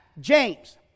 James